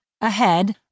Ahead